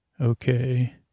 Okay